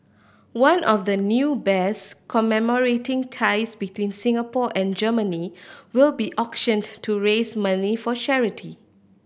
one of the new bears commemorating ties between Singapore and Germany will be auctioned to raise money for charity